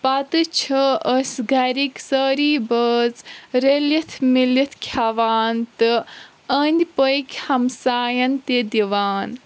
پتہٕ چھِ أسۍ گرِکۍ سٲری بٲژ رٔلِتھ مِلِتھ کھٮ۪وان تہٕ أنٛدۍ پٔکۍ ہمساین تہِ دِوان